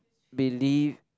believe